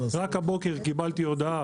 רק הבוקר קיבלתי הודעה